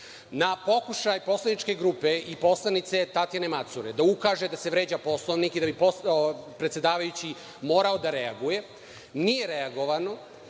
na pokušaj Poslaničke grupe i poslanika Tatjane Macure da ukaže da se vređa Poslovnik i da bi predsedavajući morao da reaguje, nije reagovano,